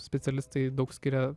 specialistai daug skiria